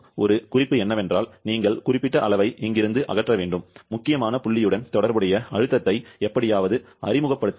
ஒரு குறிப்பு என்னவென்றால் நீங்கள் குறிப்பிட்ட அளவை இங்கிருந்து அகற்ற வேண்டும் முக்கியமான புள்ளியுடன் தொடர்புடைய அழுத்தத்தை எப்படியாவது அறிமுகப்படுத்துங்கள்